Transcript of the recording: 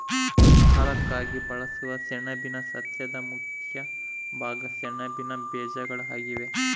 ಆಹಾರಕ್ಕಾಗಿ ಬಳಸುವ ಸೆಣಬಿನ ಸಸ್ಯದ ಮುಖ್ಯ ಭಾಗ ಸೆಣಬಿನ ಬೀಜಗಳು ಆಗಿವೆ